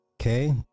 Okay